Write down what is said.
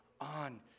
on